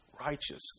righteous